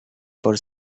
por